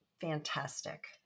Fantastic